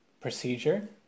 procedure